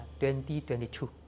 2022